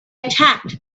attacked